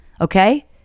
okay